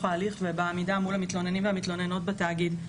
ההליך ובעמידה מול המתלוננים והמתלוננות בתאגיד.